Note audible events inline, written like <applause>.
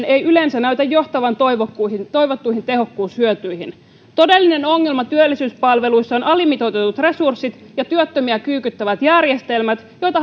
<unintelligible> ei yleensä näytä johtavan toivottuihin toivottuihin tehokkuushyötyihin todellinen ongelma työllisyyspalveluissa ovat alimitoitetut resurssit ja työttömiä kyykyttävät järjestelmät joita <unintelligible>